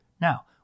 now